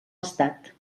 estat